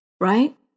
right